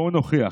בואו נוכיח